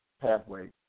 pathway